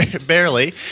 Barely